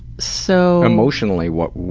so emotionally, what